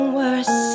worse